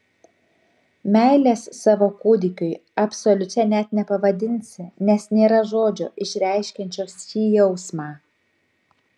meilės savo kūdikiui absoliučia net nepavadinsi nes nėra žodžio išreiškiančio šį jausmą